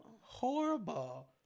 Horrible